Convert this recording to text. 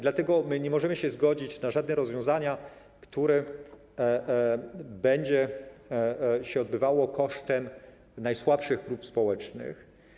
Dlatego my nie możemy się zgodzić na żadne rozwiązania, które będą się odbywały kosztem najsłabszych grup społecznych.